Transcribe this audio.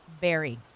Berry